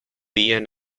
and